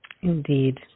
indeed